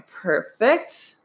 perfect